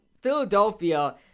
Philadelphia